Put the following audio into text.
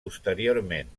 posteriorment